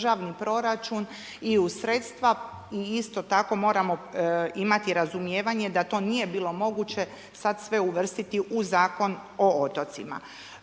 uz sredstva i isto tako moramo imati razumijevanje da to nije bilo moguće sada sve uvrstiti u Zakon o otocima.